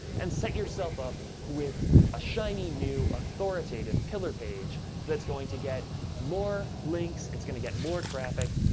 and set yourself up with a shiny, new, authoritative pillar page that's going to get more links, it's gonna get more traffic,